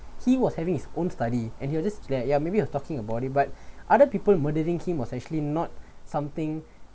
he was having his own study and you'll just there ya maybe you are talking about it but other people murdering him was actually not something